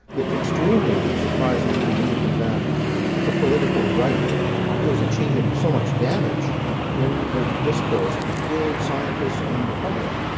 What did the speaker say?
it's extremely surprising to me that the political right is achieving so much damage in the discourse between scientists and the public.